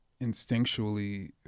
instinctually